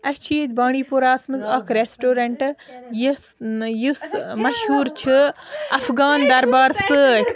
اسہِ چھُ ییٚتہِ بانٛڈی پوراہَس منٛز اَکھ ریٚسٹورَنٛٹہٕ یُس اۭں یُس مشہوٗر چھُ اَفغان دربار سۭتۍ